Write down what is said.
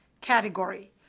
category